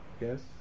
Yes